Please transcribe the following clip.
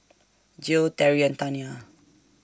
Gil Terrie and Taniyah